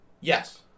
Yes